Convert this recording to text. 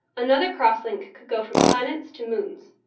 another cross-link could go from planets to moons.